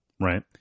right